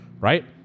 right